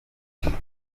haiti